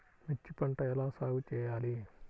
మిర్చి పంట ఎలా సాగు చేయాలి?